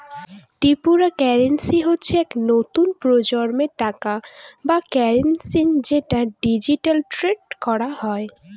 cryptocurrency হচ্ছে এক নতুন প্রজন্মের টাকা বা কারেন্সি যেটা ডিজিটালি ট্রেড করা হয়